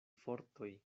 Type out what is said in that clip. fortoj